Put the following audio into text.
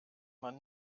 man